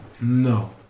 No